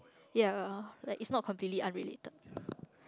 ya like it's not completely unrelated